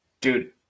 Dude